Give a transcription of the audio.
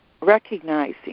recognizing